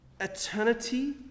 eternity